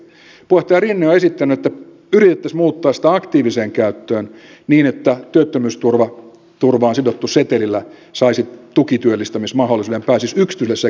puheenjohtaja rinne on esittänyt että yritettäisiin muuttaa sitä aktiiviseen käyttöön niin että työttömyysturva on sidottu setelillä saisi tukityöllistämismahdollisuuden ja pääsisi yksityiselle sektorille töihin